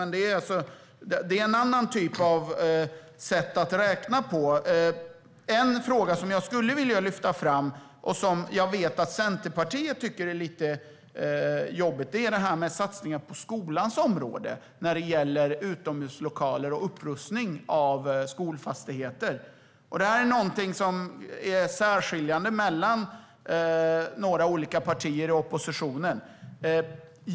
Men det är ett annat sätt att räkna på. En fråga som jag skulle vilja lyfta fram och som jag vet att Centerpartiet tycker är lite jobbig är satsningar på skolans område när det gäller utomhuslokaler och upprustning av skolfastigheter. Detta är någonting där det skiljer sig åt mellan några olika partier i oppositionen.